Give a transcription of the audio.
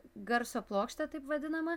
garso plokštę taip vadinamą